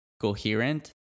coherent